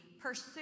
Pursue